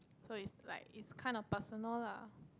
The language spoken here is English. so is like it's kind of personal lah